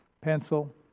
pencil